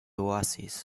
oasis